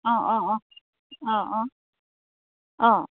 অঁ অঁ অঁ অঁ অঁ অঁ